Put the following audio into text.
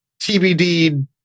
TBD